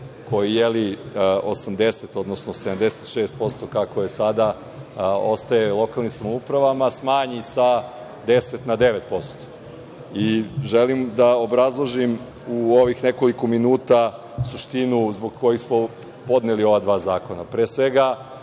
koji je 80, odnosno 76%, kako je sada, ostaje lokalnim samoupravama, smanji sa 10 na 9%. Želim da obrazložim u ovih nekoliko minuta suštinu zbog kojih smo podneli ova dva zakona. Pre